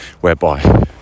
whereby